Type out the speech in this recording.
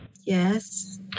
Yes